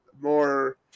more